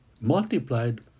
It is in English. multiplied